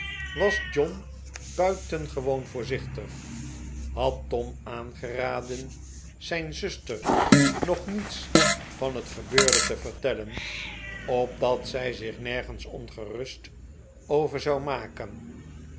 was john buitengewoon voorzichtig had tom aangeraden zijn zuster nog niets van het gebeurde te vertellen opdat zij zich nergens ongerust over zou maken